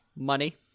Money